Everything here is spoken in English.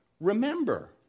Remember